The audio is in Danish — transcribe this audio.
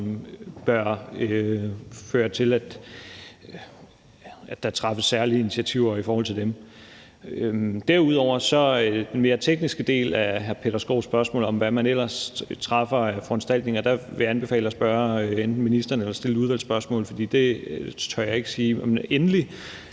bør føre til, at der tages særlige initiativer i forhold til dem. Derudover er der den mere tekniske del af hr. Peter Skaarups spørgsmål om, hvad man ellers træffer af foranstaltninger, og der vil jeg anbefale enten at spørge ministeren eller stille et udvalgsspørgsmål, for det tør jeg ikke sige. Endelig